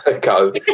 go